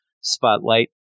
spotlight